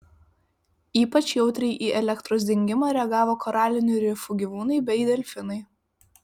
ypač jautriai į elektros dingimą reagavo koralinių rifų gyvūnai bei delfinai